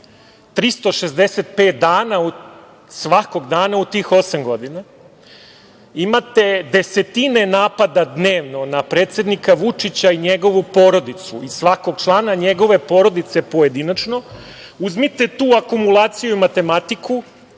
365 dana, svakog dana u tih osam godina imate desetine napada dnevno na predsednika Vučića i njegovu porodicu, svakog člana njegove porodice pojedinačno, uzmite tu akumulaciju i matematiku,